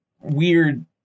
weird